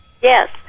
Yes